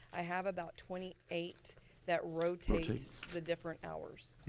i have about twenty eight that rotate the different hours.